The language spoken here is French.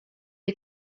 est